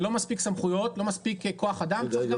לא מספיק סמכויות לבצע אכיפה, צריך גם